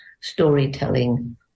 storytelling